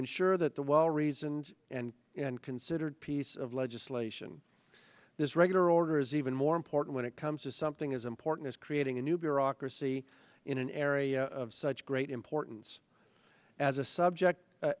ensure that the well reasoned and and considered piece of legislation this regular order is even more import when it comes to something as important as creating a new bureaucracy in an area of such great importance as a subject